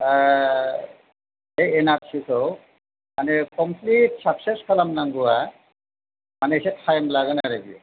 बे एनआरसिखौ मानि कमप्लिट साक्सेस खालाम नांगौआ मानि एसे टाइम लागोन आरो